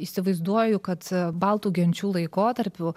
įsivaizduoju kad baltų genčių laikotarpiu